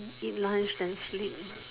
eat lunch then sleep